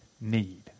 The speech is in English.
need